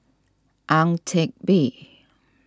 Ang Teck Bee